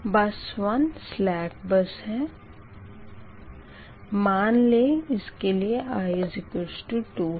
बस 1 सलेक बस है मान ले इसके लिये i2 है